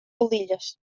faldilles